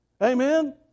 amen